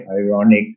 ironic